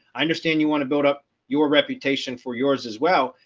i understand you want to build up your reputation for yours as well.